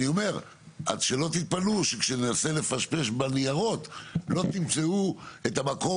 אז שלא תתפלאו שכשננסה לפשפש בניירות לא תמצאו את המקום